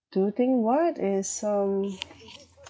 do you think what is um